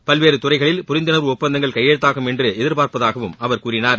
பல்வேறு துறைகளில் புரிந்துணர்வு ஒப்பந்தங்கள் கையெழுத்தாகும் என்று எதிர்பார்ப்பதாகவும் அவர் கூறினார்